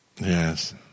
Yes